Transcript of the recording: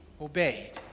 obeyed